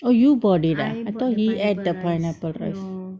oh you bought it ah I thought he add the pineapple rice